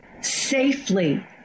safely